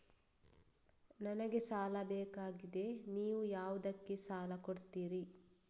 ನನಗೆ ಸಾಲ ಬೇಕಾಗಿದೆ, ನೀವು ಯಾವುದಕ್ಕೆ ಸಾಲ ಕೊಡ್ತೀರಿ?